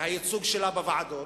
והייצוג שלה בוועדות